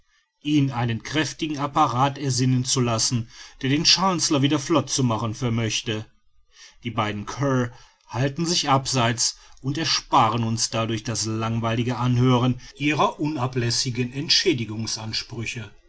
ihn einen kräftigen apparat ersinnen zu lassen der den chancellor wieder flott zu machen vermöchte die beiden kear halten sich abseits und ersparen uns dadurch das langweilige anhören ihrer unablässigen entschädigungsansprüche